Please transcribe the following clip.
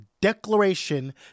declaration